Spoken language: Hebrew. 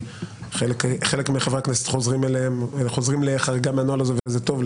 חלק מחברי הכנסת חוזרים לחריגה מהנוהל הזה וזה טוב,